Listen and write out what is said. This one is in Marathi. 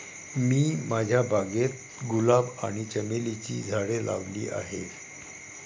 मी माझ्या बागेत गुलाब आणि चमेलीची झाडे लावली आहे